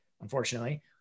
unfortunately